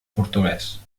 portuguès